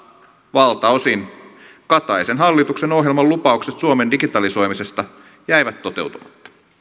valtaosin kataisen hallituksen ohjelman lupaukset suomen digitalisoimisesta jäivät toteutumatta